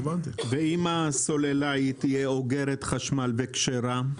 ואם הסוללה תהיה אוגרת חשמל וכשרה?